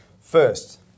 First